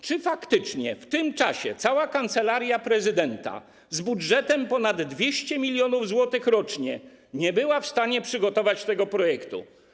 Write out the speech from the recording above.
Czy faktycznie w tym czasie cała Kancelaria Prezydenta z budżetem ponad 200 mln zł rocznie nie była w stanie przygotować tego projektu?